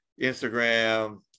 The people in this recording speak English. Instagram